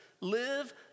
Live